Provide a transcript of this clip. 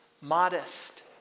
modest